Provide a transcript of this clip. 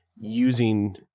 using